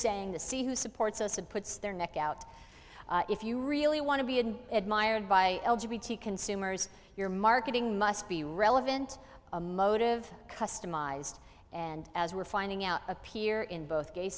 saying the see who supports us and puts their neck out if you really want to be admired by consumers your marketing must be relevant a motive customized and as we're finding out appear in both gay